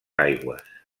aigües